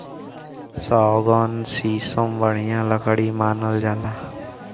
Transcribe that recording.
सौगन, सीसम बढ़िया लकड़ी मानल जाला